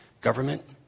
government